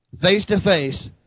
face-to-face